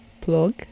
plug